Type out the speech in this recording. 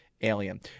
alien